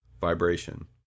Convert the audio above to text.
vibration